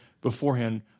beforehand